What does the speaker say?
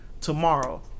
tomorrow